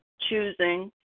choosing